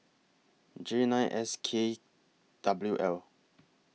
J nine S K W L